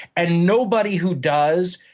and nobody who does,